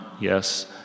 yes